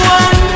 one